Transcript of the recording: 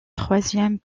troisième